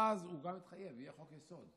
ואז הוא גם מתחייב: יהיה חוק-יסוד,